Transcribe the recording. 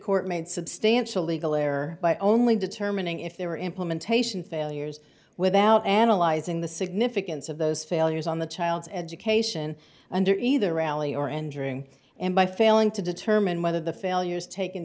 court made substantial legal error by only determining if there were implementation failures without analyzing the significance of those failures on the child's education under either rally or engineering and by failing to determine whether the failures taken